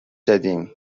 دادیم